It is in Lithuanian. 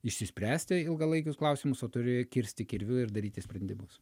išsispręsti ilgalaikius klausimus o turi kirsti kirviu ir daryti sprendimus